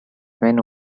men